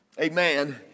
amen